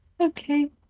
okay